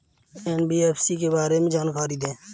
NBFC के बारे में जानकारी दें?